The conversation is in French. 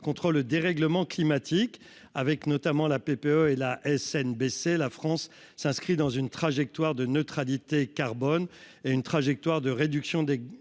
contre le dérèglement climatique, avec notamment la PPE et la baisser la France s'inscrit dans une trajectoire de neutralité carbone et une trajectoire de réduction des